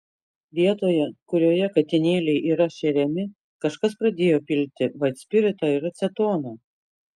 vietoje kurioje katinėliai yra šeriami kažkas pradėjo pilti vaitspiritą ar acetoną